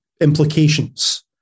implications